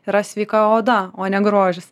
yra sveika oda o ne grožis